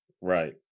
right